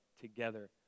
together